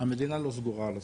המדינה לא סגורה על עצמה.